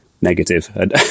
negative